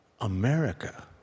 America